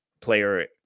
player